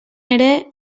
ere